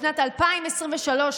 בשנת 2023,